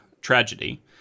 tragedy